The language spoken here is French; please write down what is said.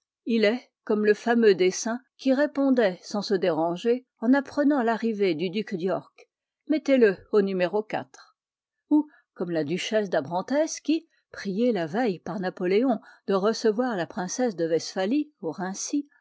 il est comme le fameux dessein qui répondait sans se déranger en apprenant l'arrivée du duc d'york mettez-le au ou comme la duchesse d'abrantès qui priée la veille par napoléon de recevoir la princesse de westphalie au